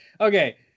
okay